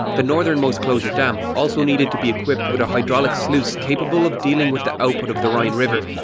the northern most closure dam also needed to be equipped with a hydraulic sluice capable of dealing with the output of the rhine river,